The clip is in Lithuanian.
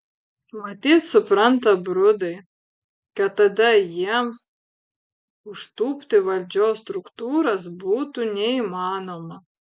matyt supranta brudai kad tada jiems užtūpti valdžios struktūras būtų neįmanoma